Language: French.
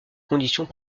conditions